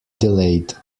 delayed